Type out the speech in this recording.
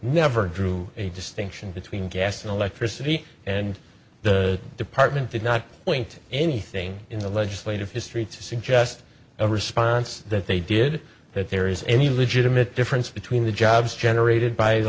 never drew a distinction between gas and electricity and the department did not point anything in the legislative history to suggest a response that they did that there is any legitimate difference between the jobs generated by the